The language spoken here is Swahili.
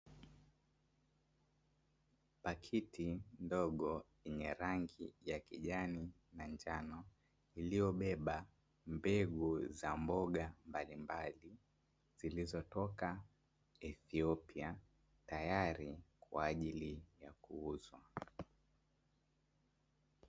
Pakiti ndogo yenye rangi ya kijani na njano, iliyobeba mbegu za mboga mbalimbali zilizotoka Ethiopia tayari kwa ajili ya kuuzwa.